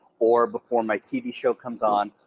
or before my tv show comes on,